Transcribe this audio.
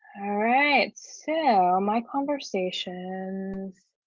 alright, so my conversations,